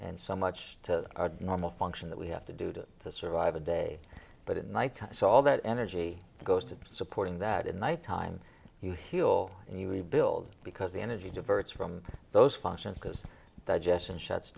and so much to our normal function that we have to do to survive a day but at night so all that energy goes to supporting that in night time you heal and you rebuild because the energy diverts from those functions because digestion shuts